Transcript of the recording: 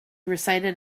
recited